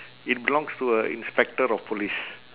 it belongs to a inspector of police